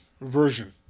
version